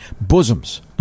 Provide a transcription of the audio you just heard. bosoms